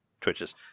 Twitches